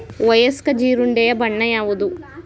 ವಯಸ್ಕ ಜೀರುಂಡೆಯ ಬಣ್ಣ ಯಾವುದು?